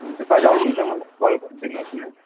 हुन्छ कहिले आउनुहुन्छ मलाई कल गरिदिनु होस् न